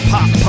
Pop